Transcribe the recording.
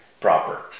proper